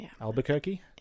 Albuquerque